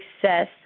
success